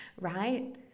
right